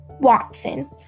watson